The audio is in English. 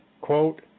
Quote